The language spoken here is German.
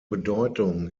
bedeutung